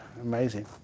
amazing